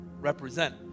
Represent